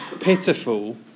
pitiful